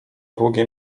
długie